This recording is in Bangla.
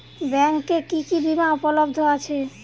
ব্যাংকে কি কি বিমা উপলব্ধ আছে?